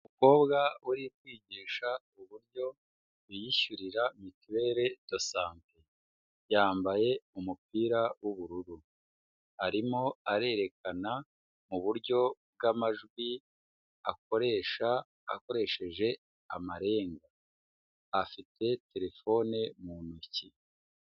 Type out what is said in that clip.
Umukobwa uri kwigisha uburyo yiyishyurira mituwele de sante. Yambaye umupira w'ubururu. Arimo arerekana mu buryo bw'amajwi akoresha akoresheje amarenga. Afite terefone mu ntoki.